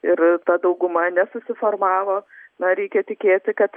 ir ta dauguma nesusiformavo na reikia tikėti kad